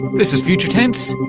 this is future tense,